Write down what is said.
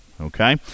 okay